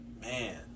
man